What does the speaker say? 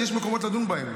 יש מקומות לדון בה.